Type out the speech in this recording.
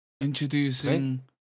Introducing